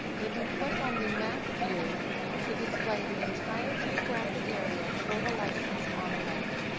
you can click on the map view to display the entire geographic area for the license on a map.